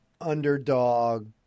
underdog